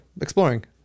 exploring